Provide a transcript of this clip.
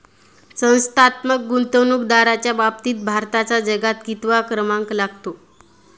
संस्थात्मक गुंतवणूकदारांच्या बाबतीत भारताचा जगात कितवा क्रमांक लागतो?